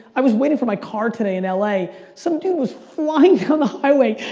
i was waiting for my car today in ah la, some dude was flying down the highway,